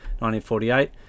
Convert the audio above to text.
1948